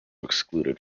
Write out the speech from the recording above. excluded